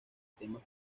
temas